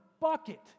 bucket